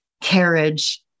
carriage